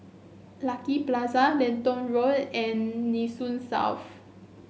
Lucky Plaza Lentor Road and Nee Soon South